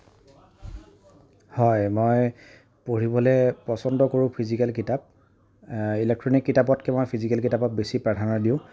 হয় মই পঢ়িবলে পছন্দ কৰোঁ ফিজিকেল কিতাপ ইলেক্ট্ৰনিক কিতাপতকে মই ফিজিকেল কিতাপত বেছি প্ৰাধান্য দিওঁ